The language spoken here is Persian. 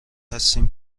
هستیم